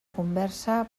conversa